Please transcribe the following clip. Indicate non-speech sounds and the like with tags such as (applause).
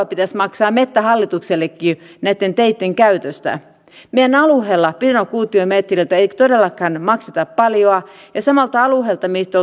(unintelligible) pitäisi maksaa metsähallituksellekin näitten teitten käytöstä meidän alueella pinokuutiometriltä ei todellakaan makseta paljoa ja samalta alueelta mistä (unintelligible)